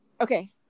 Okay